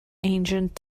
ancient